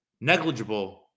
negligible